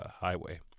highway